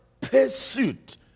pursuit